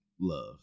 love